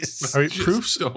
Proofs